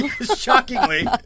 Shockingly